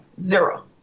Zero